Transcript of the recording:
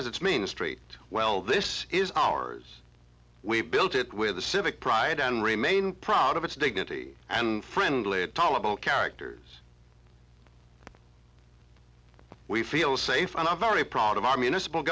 has its main street well this is ours we built it with the civic pride and remain proud of its dignity and friendly and tolerable characters we feel safe and i'm very proud of our municipal